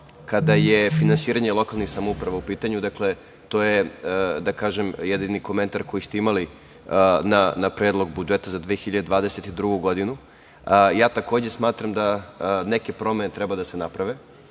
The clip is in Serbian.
kada je finansiranje lokalnih samouprava u pitanju. Dakle, to je jedini komentar koji ste imali na Predlog budžeta za 2022. godinu. Takođe i ja smatram da neke promene treba da se naprave. Ono